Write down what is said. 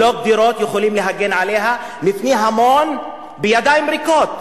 לא גדרות יכולים להגן עליה מפני המון בידיים ריקות,